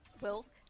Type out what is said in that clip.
Wills